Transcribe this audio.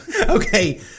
Okay